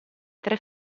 tre